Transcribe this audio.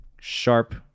sharp